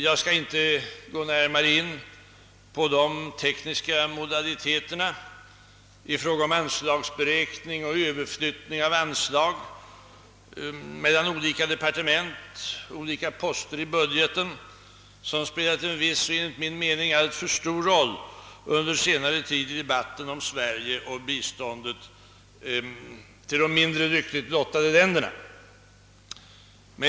Jag skall inte gå närmare in på de tekniska modaliteterna i fråga om anslägsberäkning och överflyttning av anslag mellan olika departement av olika poster i budgeten, som spelat en viss, enligt min mening alltför stor roll under senare tid i debatten om Sverige och biståndet till de mindre lyckligt lottade länderna.